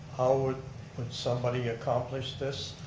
would would somebody accomplish this.